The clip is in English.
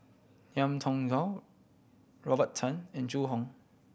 Ngiam Tong Dow Robert Tan and Zhu Hong